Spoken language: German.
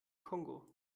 kongo